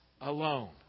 alone